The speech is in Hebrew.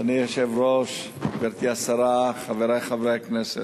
אדוני היושב-ראש, גברתי השרה, חברי חברי הכנסת,